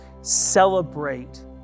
celebrate